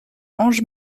ange